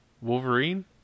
Wolverine